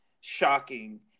shocking